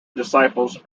disciples